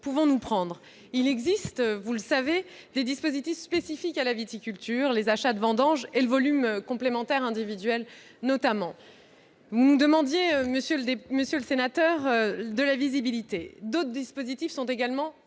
pouvons-nous prendre ? Il existe, vous le savez, des dispositifs spécifiques à la viticulture, à savoir les achats de vendanges et le volume complémentaire individuel, notamment. Monsieur le sénateur, vous nous demandez de la visibilité. D'autres dispositifs sont également